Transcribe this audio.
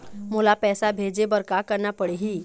मोला पैसा भेजे बर का करना पड़ही?